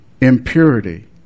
Impurity